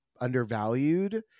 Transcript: undervalued